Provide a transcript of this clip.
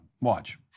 Watch